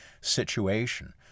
situation